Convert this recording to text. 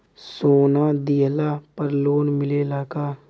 सोना दिहला पर लोन मिलेला का?